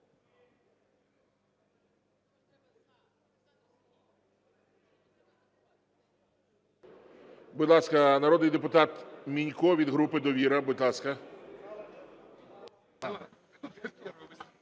Будь ласка, народний депутат Мінько від групи "Довіра". Будь ласка.